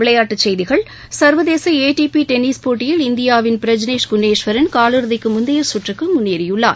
விளையாட்டுச்செய்திகள் சர்வதேச ATP tennis போட்டியில் இந்தியாவின் பிரஜ்னேஷ் குணேஷ்வரன் காலிறுதிக்கு முந்தைய சுற்றுக்கு முன்னேறியுள்ளார்